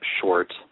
short